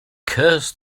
curse